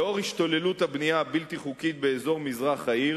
לאור השתוללות הבנייה הבלתי-חוקית באזור מזרח העיר